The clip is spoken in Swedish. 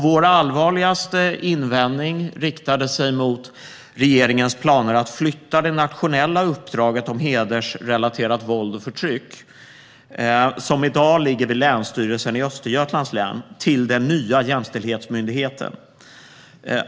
Vår allvarligaste invändning riktade sig mot regeringens planer att flytta det nationella uppdraget gällande hedersrelaterat våld och förtryck, som i dag ligger vid Länsstyrelsen i Östergötlands län, till den nya jämställdhetsmyndigheten.